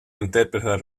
interpreta